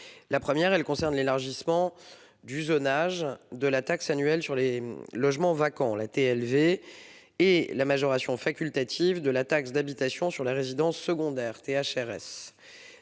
La première concerne l'élargissement du zonage de la taxe sur les logements vacants (TLV) et de la majoration facultative de la taxe d'habitation sur les résidences secondaires (THRS).